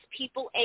people